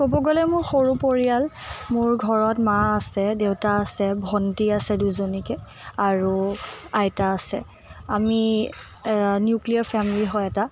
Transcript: ক'ব গ'লে মোৰ সৰু পৰিয়াল মোৰ ঘৰত মা আছে দেউতা আছে ভণ্টি আছে দুজনীকৈ আৰু আইতা আছে আমি নিউক্লিয়াৰ ফেমিলি হয় এটা